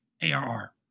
ARR